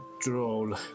droll